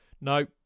No